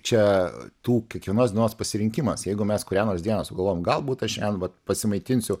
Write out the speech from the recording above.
čia tų kiekvienos dienos pasirinkimas jeigu mes kurią nors dieną sugalvojam galbūt aš šian vat pasimaitinsiu